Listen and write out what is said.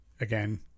again